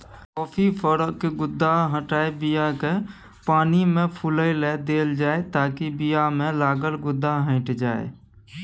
coffee फरक गुद्दा हटाए बीयाकेँ पानिमे फुलए लेल देल जाइ ताकि बीयामे लागल गुद्दा हटि जाइ